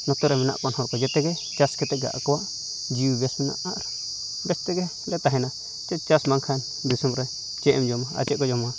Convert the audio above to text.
ᱱᱚᱛᱮᱨᱮ ᱢᱮᱱᱟᱜ ᱟᱠᱟᱱ ᱦᱚᱲᱠᱚ ᱡᱮᱛᱮᱜᱮ ᱪᱟᱥ ᱠᱟᱛᱮᱫᱜᱮ ᱟᱠᱚᱣᱟᱜ ᱡᱤᱣᱤ ᱵᱮᱥ ᱦᱮᱱᱟᱜᱼᱟ ᱵᱮᱥᱛᱮᱜᱮᱞᱮ ᱛᱟᱦᱮᱱᱟ ᱪᱮ ᱪᱟᱥ ᱵᱟᱝᱠᱷᱟᱱ ᱫᱤᱥᱚᱢᱨᱮ ᱪᱮᱫᱮᱢ ᱡᱚᱢᱟ ᱟᱨ ᱪᱮᱫᱠᱚ ᱡᱚᱢᱟ